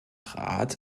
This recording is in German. rat